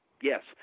yes